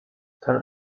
ten